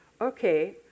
Okay